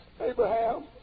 Abraham